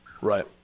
Right